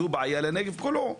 זה בעיה לנגב כולו.